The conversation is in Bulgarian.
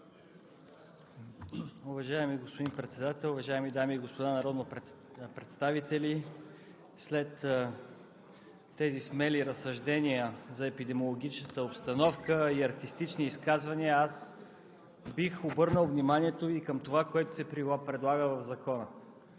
Уважаеми господин Председател, уважаеми дами и господа народни представители! След тези смели разсъждения за епидемиологичната обстановка и артистични изказвания аз бих обърнал вниманието Ви към това, което се предлага в Закона.